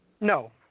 No